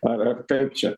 ar ar kaip čia